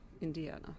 Indiana